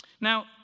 Now